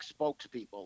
spokespeople